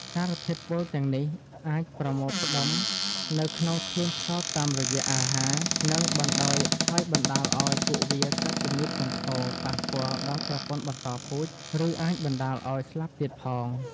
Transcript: សារធាតុពុលទាំងនេះអាចប្រមូលផ្ដុំនៅក្នុងខ្លួនផ្សោតតាមរយៈអាហារ ហើយបណ្តាលឲ្យពួកវាកើតជំងឺធ្ងន់ធ្ងរ ប៉ះពាល់ដល់ប្រព័ន្ធបន្តពូជ ឬអាចបណ្ដាលឲ្យស្លាប់ទៀតផង។